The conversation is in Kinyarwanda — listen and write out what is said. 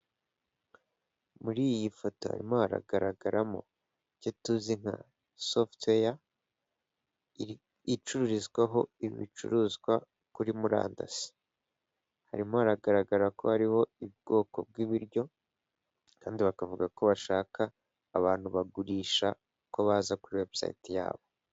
Muri iyi foto harimo haragaragaramo ibyo tuzi nka sofutiweya icururizwaho ibicuruzwa kuri murandasi, harimo hragaragara ko hariho ubwoko bw'ibiryo kandi bakavuga ko bashaka abantu bagurisha ko baza kuri webusayite yabo.